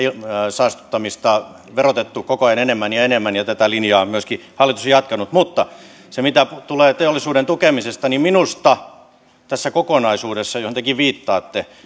saastuttamista verotettu koko ajan enemmän ja enemmän ja tätä linjaa on myöskin hallitus jatkanut mutta mitä tulee teollisuuden tukemiseen minusta tässä kokonaisuudessa johon tekin viittaatte